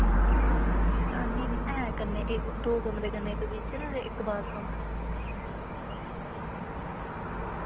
नी नी ऐ कन्नै इक दो कमरे कन्नै इक किचन ऐ ते इक बाथरूम ऐ